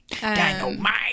Dynamite